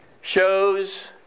shows